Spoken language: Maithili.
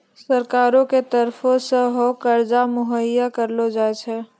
सरकारो के तरफो से सेहो कर्जा मुहैय्या करलो जाय छै